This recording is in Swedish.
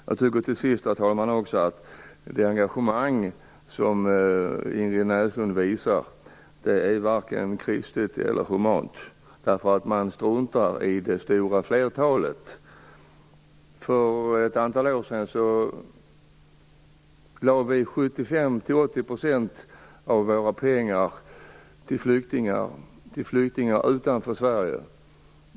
Jag tycker också att det engagemang som Ingrid Näslund visar varken är kristligt eller humant, eftersom man struntar i det stora flertalet. För ett antal år sedan avsatte vi 75-80 % av våra pengar till flyktingar utanför Sverige.